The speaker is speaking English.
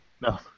No